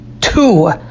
two